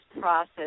process